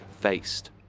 faced